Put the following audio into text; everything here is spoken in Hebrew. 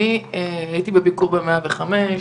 הייתי בביקור ב-105.